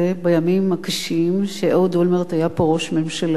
בימים הקשים שאהוד אולמרט היה פה ראש ממשלה,